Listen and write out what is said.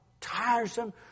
tiresome